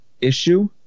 issue